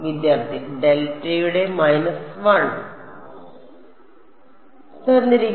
വിദ്യാർത്ഥി ഡെൽറ്റയുടെ മൈനസ് 1